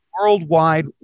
worldwide